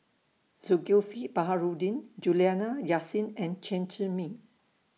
Zulkifli Baharudin Juliana Yasin and Chen Zhiming